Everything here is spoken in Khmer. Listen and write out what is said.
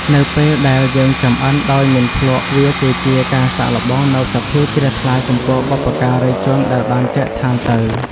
នៅពេលដែលយើងចម្អិនដោយមិនភ្លក្សវាគឺជាការសាកល្បងនូវសទ្ធាជ្រះថ្លាចំពោះបុព្វការីជនដែលបានចែកឋានទៅ។